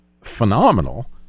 phenomenal